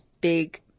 big